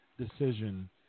decision